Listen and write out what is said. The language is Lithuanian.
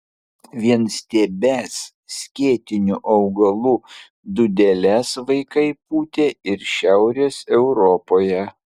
vienstiebes skėtinių augalų dūdeles vaikai pūtė ir šiaurės europoje